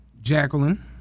Jacqueline